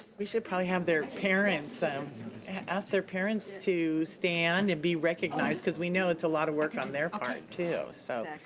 we should probably have their parents, ask their parents to stand and be recognized, cause we know it's a lot of work on their part, too, so.